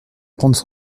prendre